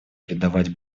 придавать